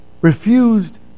refused